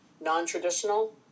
non-traditional